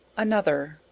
another.